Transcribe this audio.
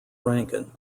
rankin